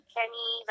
Kenny